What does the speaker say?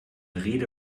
rede